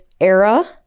era